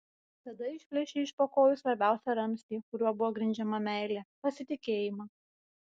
tada išplėšei iš po kojų svarbiausią ramstį kuriuo buvo grindžiama meilė pasitikėjimą